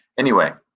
anyway,